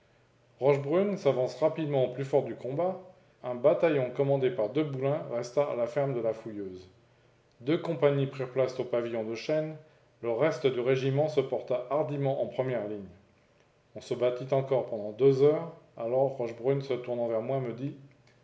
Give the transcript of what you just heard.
rochebrune s'avance rapidement au plus fort du combat un bataillon commandé par de boulen resta à la ferme de la fouilleuse deux compagnies prirent place au pavillon de chayne le reste du régiment se porta hardiment en première ligne on se battit encore la commune pendant deux heures alors rochebrune se tournant vers moi me dit